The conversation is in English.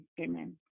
Amen